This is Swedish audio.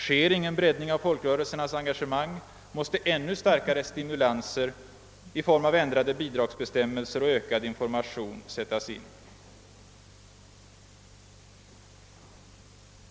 Sker ingen breddning av folkrörelsernas engagemang måste ännu starkare stimulanser i form av ändrade bidragsbestämmelser och ökad information sättas in.